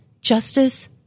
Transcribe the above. justice